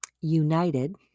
united